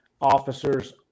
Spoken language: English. officers